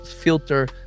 filter